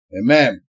Amen